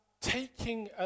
taking